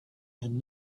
had